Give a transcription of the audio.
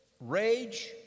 rage